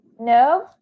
No